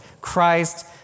Christ